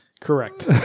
correct